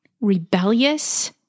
rebellious